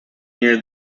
near